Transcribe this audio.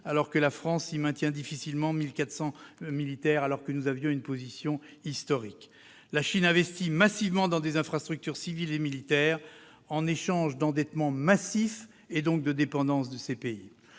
alors que la France y maintient difficilement 1 400 militaires, malgré notre position historique. La Chine investit massivement dans des infrastructures civiles et militaires, en échange d'un endettement massif- et donc de dépendance -de ces pays.